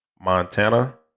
Montana